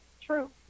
True